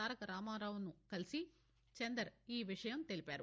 తారక రామారావును కలిసి చందర్ ఈ విషయం తెలియజేశారు